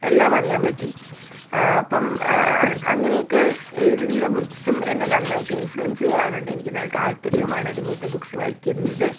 എല്ലാമറിയാൻ പറ്റി അപ്പം അങ്ങനെയൊക്കെ എഴുതുന്ന ബുക്സും എന്നെ നന്നായിട്ട് ഇൻഫ്ലുവെൻസ് ചെയ്യാറുണ്ട് എനിക്ക് നല്ല താല്പര്യവുമാണ് അതുപോലത്തെ ബുക്ക്സ് വായിക്കുന്നത്